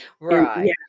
Right